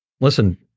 listen